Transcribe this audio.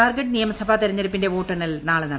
ജാർഖണ്ഡ് നിയമസഭാ തെരഞ്ഞെടുപ്പിന്റെ വോട്ടെണ്ണൽ നാളെ നടക്കും